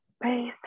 base